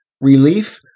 relief